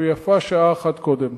ויפה שעה אחת קודם.